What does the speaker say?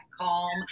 calm